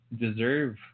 deserve